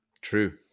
True